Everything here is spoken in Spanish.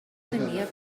tenía